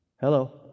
hello